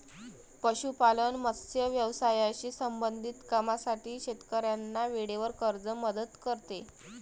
पशुपालन, मत्स्य व्यवसायाशी संबंधित कामांसाठी शेतकऱ्यांना वेळेवर कर्ज मदत करते